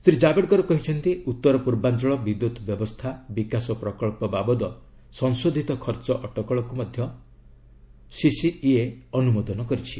ଶ୍ରୀ ଜାବ୍ଡେକର କହିଛନ୍ତି ଉତ୍ତର ପୂର୍ବାଞ୍ଚଳ ବିଦ୍ୟୁତ୍ ବ୍ୟବସ୍ଥା ବିକାଶ ପ୍ରକଳ୍ପ ବାବଦ ସଂଶୋଧିତ ଖର୍ଚ୍ଚ ଅଟକଳକୁ ମଧ୍ୟ ସିସିଇଏ ଅନୁମୋଦନ କରିଛି